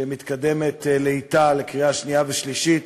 שמתקדמת לאטה לקריאה שנייה ושלישית.